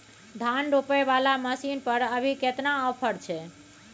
धान रोपय वाला मसीन पर अभी केतना ऑफर छै?